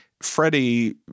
Freddie